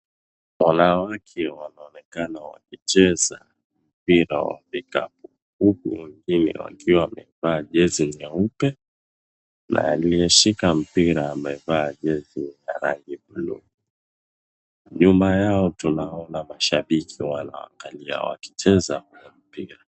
Wanawake wanaonekana wakicheza mpira wa vikapu, huku wengine wakiwa wamevaa jezi nyeupe na aliyeshika mpira amevaa jezi la rangi blue . Nyuma yao tunaona mashabiki wanawaangalia wakicheza pia.